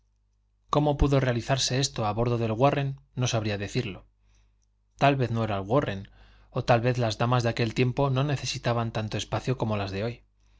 cómo pudo realizarse esto a bordo del warren no sabría decirlo tal vez no era el warren o tal vez las damas de aquel tiempo no necesitaban tanto espacio como las de hoy